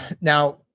now